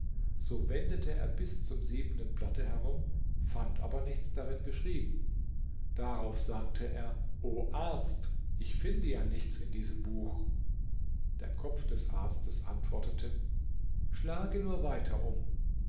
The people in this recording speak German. so wendete er bis zum siebenten blatte herum fand aber nichts darin geschrieben darauf sagte er o arzt ich finde ja nichts in diesem buch der kopf des arztes antwortete schlage nur weiter um